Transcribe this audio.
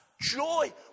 joy